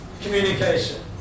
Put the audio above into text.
communication